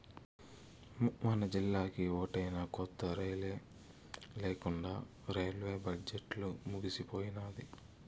మనజిల్లాకి ఓటైనా కొత్త రైలే లేకండా రైల్వే బడ్జెట్లు ముగిసిపోయినాది